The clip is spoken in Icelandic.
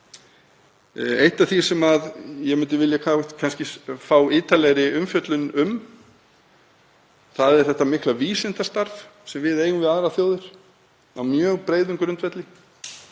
Eitt af því sem ég myndi vilja fá ítarlegri umfjöllun um er þetta mikla vísindasamstarf sem við eigum við aðrar þjóðir á mjög breiðum grundvelli.